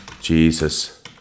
Jesus